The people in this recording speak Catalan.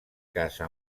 casa